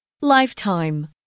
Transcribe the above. Lifetime